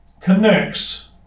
connects